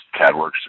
CADWorks